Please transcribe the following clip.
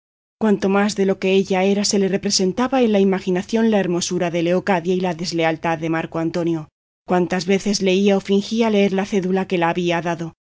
cuánto más de lo que ella era se le representaba en la imaginación la hermosura de leocadia y la deslealtad de marco antonio oh cuántas veces leía o fingía leer la cédula que la había dado